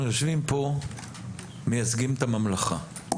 אנחנו יושבים פה ומייצגים את הממלכה.